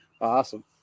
awesome